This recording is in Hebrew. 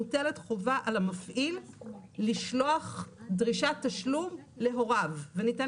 מוטלת חובה על המפעיל לשלוח דרישת תשלום להוריו וניתן